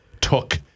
took